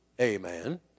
Amen